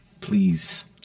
Please